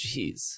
Jeez